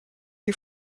you